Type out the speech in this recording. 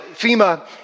FEMA